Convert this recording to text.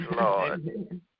Lord